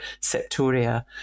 septoria